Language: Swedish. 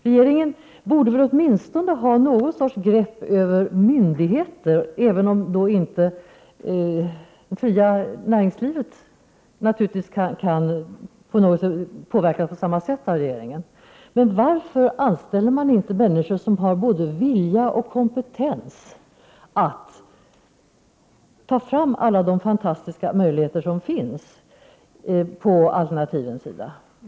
Regeringen borde väl åtminstone ha någon sorts grepp över myndigheter, även om det fria näringslivet naturligtvis inte på samma sätt kan påverkas av regeringen. Varför anställer man inte människor som har både vilja och kompetens att ta fram alla de fantastiska möjligheter som finns på alternativens område?